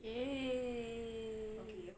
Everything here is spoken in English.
!yay!